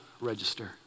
register